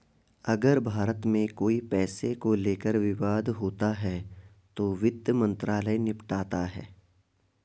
अगर भारत में कोई पैसे को लेकर विवाद होता है तो वित्त मंत्रालय निपटाता है